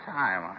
time